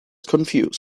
confused